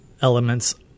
elements